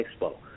Expo